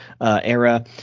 era